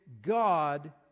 God